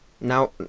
now